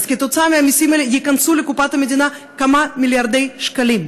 מהמסים האלה ייכנסו לקופת המדינה כמה מיליארדי שקלים.